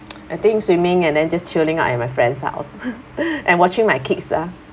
I think swimming and then just chilling out in my friend's house and watching my kids lah